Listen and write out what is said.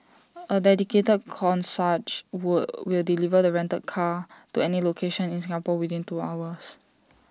A dedicated concierge wall will deliver the rented car to any location in Singapore within two hours